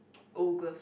old glove